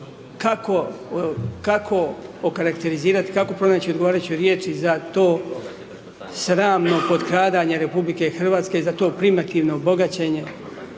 Kako okarakterizirati, kako pronaći odgovarajuće riječi za to sramno potkradanje RH za to primativno bogaćenje?